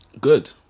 good